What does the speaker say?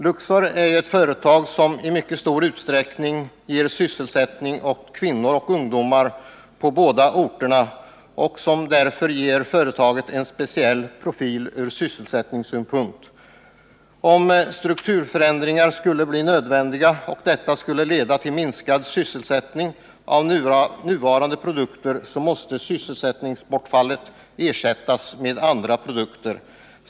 Luxor är ett företag som i mycket stor utsträckning sysselsätter kvinnor och ungdomar i Motala och Karlsborg. Det ger företaget en speciell profil ur sysselsättningssynpunkt. Om strukturförändringar skulle bli nödvändiga och leda till minskad sysselsättning, så måste också annan produktion komma till stånd.